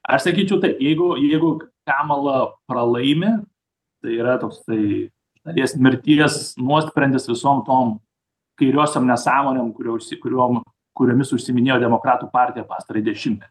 aš sakyčiau taip jeigu jeigu kamala pralaimi tai yra toksai iš dalies mirties nuosprendis visom tom kairiosiom nesąmonėm kurio užsi kuriom kuriomis užsiiminėjo demokratų partija pastarąjį dešimtmetį